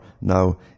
Now